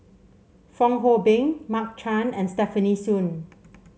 Fong Hoe Beng Mark Chan and Stefanie Sun